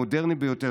המודרני ביותר,